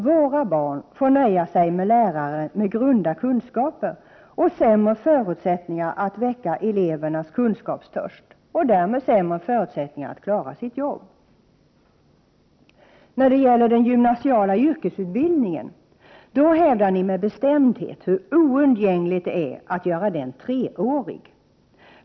Våra barn får nöja sig med lärare med grunda kunskaper och sämre förutsättningar att väcka elevernas kunskapstörst samt därmed sämre förutsättningar att klara sitt jobb. När det gäller den gymnasiala yrkesutbildningen hävdar ni med bestämd het hur oundgängligt nödvändigt det är att göra den treårig.